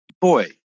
boy